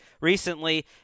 Recently